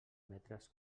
metres